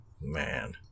Man